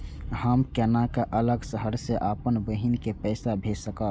हम केना अलग शहर से अपन बहिन के पैसा भेज सकब?